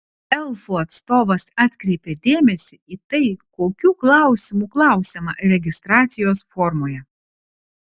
elfų atstovas atkreipė dėmesį į tai kokių klausimų klausiama registracijos formoje